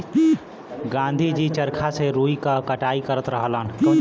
गाँधी जी चरखा से रुई क कटाई करत रहलन